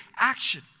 action